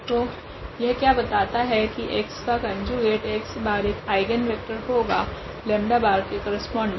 तो यह क्या बताता है की x का कोंजुगेट 𝑥̅ एक आइगनवेक्टर होगा 𝜆̅ के करस्पोंडिंग